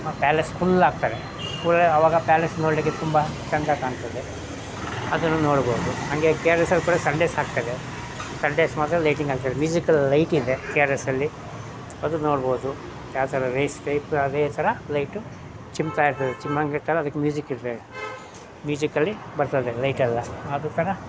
palace full ಹಾಕ್ತಾರೆ full ಅವಾಗ palace ನೋಡಲಿಕ್ಕೆ ತುಂಬ ಚೆಂದ ಕಾಣ್ತದೆ ಅದನ್ನು ನೋಡ್ಬೋದು ಹಾಗೆ ಕೆ ಆರ್ ಎಸ್ಸಲ್ಲಿ ಕೂಡ ಸಂಡೇ ಸಹ ಹಾಕ್ತಾರೆ ಸಂಡೇಸ್ ಮಾತ್ರ ಲೈಟಿಂಗ್ ಅಂಥೇಳಿ ಮ್ಯೂಸಿಕಲ್ ಲೈಟಿದೆ ಕೆ ಆರ್ ಎಸ್ಸಲ್ಲಿ ಅದು ನೋಡ್ಬೋದು ಯಾವ ಥರ ರೇಸ್ ಅದೇ ಥರ ಲೈಟು ಚಿಮ್ತಾ ಇರ್ತದೆ ಚಿಮ್ಮಂಗೆ ಥರ ಅದಕ್ಕೆ ಮ್ಯೂಸಿಕ್ ಇರ್ತದೆ ಮ್ಯೂಸಿಕಲ್ಲಿ ಬರ್ತದೆ ಲೈಟೆಲ್ಲ ಅದು ಥರ